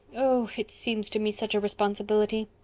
oh, it seems to me such a responsibility!